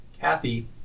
Kathy